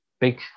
big